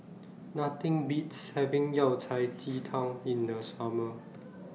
Nothing Beats having Yao Cai Ji Tang in The Summer